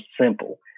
simple